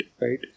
right